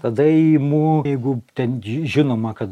tada imu jeigu ten žinoma kad